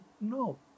No